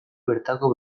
bertako